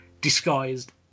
disguised